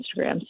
Instagram